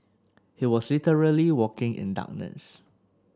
he was literally walking in darkness